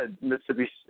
Mississippi